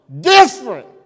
different